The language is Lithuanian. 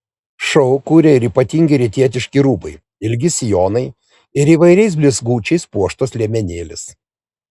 šou kuria ir ypatingi rytietiški rūbai ilgi sijonai ir įvairiais blizgučiais puoštos liemenėlės